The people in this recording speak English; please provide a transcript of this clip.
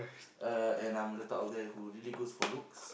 uh and I'm the type of guy who really goes for looks